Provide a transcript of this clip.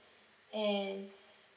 and